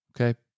okay